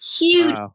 huge